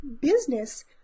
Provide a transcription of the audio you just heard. business